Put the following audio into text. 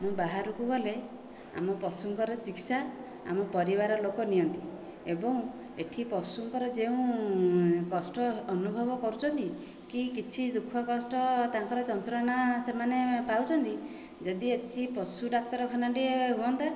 ମୁଁ ବାହାରକୁ ଗଲେ ଆମ ପଶୁଙ୍କର ଚିକିତ୍ସା ଆମ ପରିବାର ଲୋକ ନିଅନ୍ତି ଏବଂ ଏଇଠି ପଶୁଙ୍କର ଯେଉଁ କଷ୍ଟ ଅନୁଭବ କରୁଛନ୍ତି କି କିଛି ଦୁଃଖ କଷ୍ଟ ତାଙ୍କର ଯନ୍ତ୍ରଣା ସେମାନେ ପାଉଛନ୍ତି ଯଦି ଏଇଠି ପଶୁ ଡାକ୍ତରଖାନା ଟିଏ ହୁଅନ୍ତା